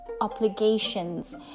obligations